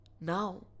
now